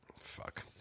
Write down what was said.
Fuck